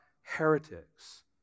heretics